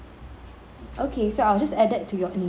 okay so I will just add that to your invoice